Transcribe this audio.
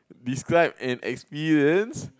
describe an experience